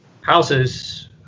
houses